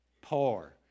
poor